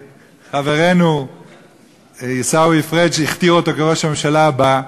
שחברנו עיסאווי פריג' הכתיר כראש הממשלה הבא,